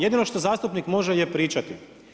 Jedino što zastupnik može je pričati.